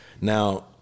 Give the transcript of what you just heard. now